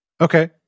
Okay